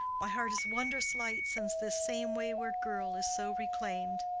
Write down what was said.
my heart is wondrous light, since this same wayward girl is so reclaim'd.